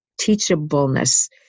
teachableness